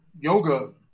yoga